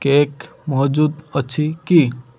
cake ମହଜୁଦ ଅଛି କି